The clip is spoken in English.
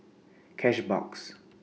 Cashbox